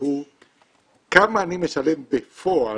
שהוא כמה אני משלם בפועל,